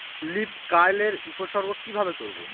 Leaf curl এর উপসর্গ কিভাবে করব?